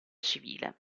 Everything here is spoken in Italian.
civile